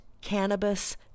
cannabis